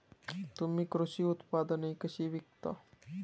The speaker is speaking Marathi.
तुम्ही कृषी उत्पादने कशी विकता?